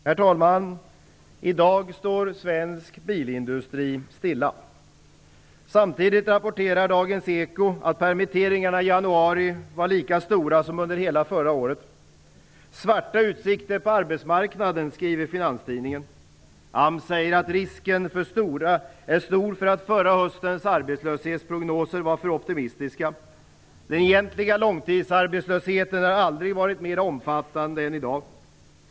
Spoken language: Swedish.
Herr talman! I dag står svensk bilindustri stilla. Samtidigt rapporterar Dagens eko att permitteringarna i januari var lika stora som under hela förra året. "Svarta utsikter på arbetsmarknaden", skriver Finanstidningen. AMS säger att risken är stor för att förra höstens arbetslöshetsprognoser var för optimistiska. Den egentliga långtidsarbetslösheten har aldrig varit mer omfattande än i dag.